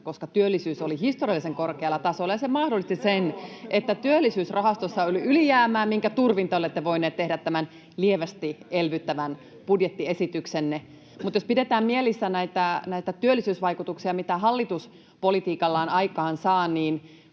koska työllisyys oli historiallisen korkealla tasolla. Se mahdollisti sen, että Työllisyysrahastossa oli ylijäämää, minkä turvin te olette voineet tehdä tämän lievästi elvyttävän budjettiesityksenne. Jos pidetään mielissä näitä työllisyysvaikutuksia, mitä hallitus politiikallaan aikaansaa, niin